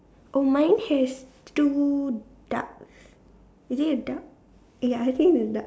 oh mine has two ducks is it a duck ya I think is duck